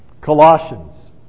Colossians